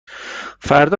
فردا